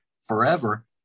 forever